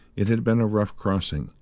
it had been a rough crossing,